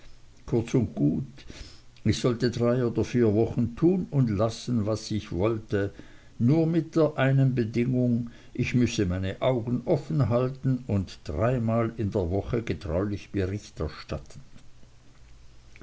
kurz und gut ich sollte drei oder vier wochen tun und lassen was ich wollte nur mit der einen bedingung ich müßte meine augen offen halten und dreimal in der woche getreulich bericht erstatten